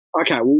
Okay